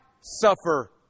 suffer